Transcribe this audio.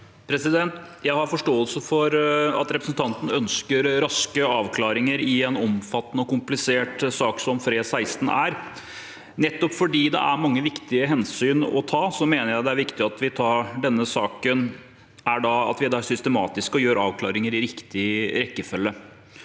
Jeg har forstå- else for at representanten ønsker raske avklaringer i en omfattende og komplisert sak som FRE16 er. Nettopp fordi det er mange viktige hensyn å ta, mener jeg det er viktig at vi i denne saken er systematiske og gjør avklaringene i riktig rekkefølge.